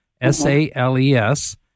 S-A-L-E-S